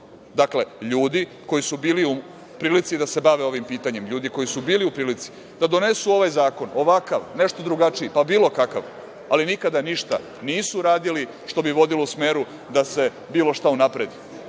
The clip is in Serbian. Ljudi koji su bili u prilici da se bave ovim pitanjem, ljudi koji su bili u prilici da donesu ovaj zakon, ovakav, nešto drugačiji, pa bilo kakav, ali nikada ništa nisu uradili što bi vodilo u smeru da se bilo šta unapredi. Ovo